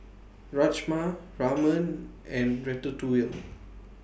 Rajma Ramen and Ratatouille